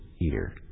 eater